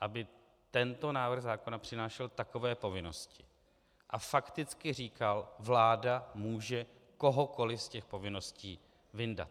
aby tento návrh zákona přinášel takové povinnosti a fakticky říkal: vláda může kohokoliv z těch povinností vyndat.